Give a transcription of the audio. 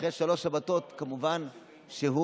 אחרי שלוש שבתות, כמובן שהוא